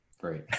Great